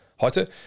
Heute